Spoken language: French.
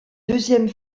deuxième